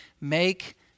make